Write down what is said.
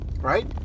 right